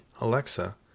Alexa